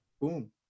boom